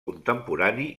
contemporani